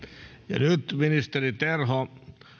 nyt ministeri terho